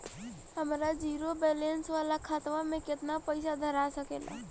हमार zero balance वाला खतवा म केतना पईसा धरा सकेला?